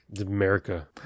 America